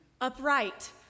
upright